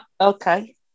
okay